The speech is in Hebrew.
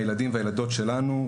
הילדים והילדות שלנו,